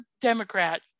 Democrat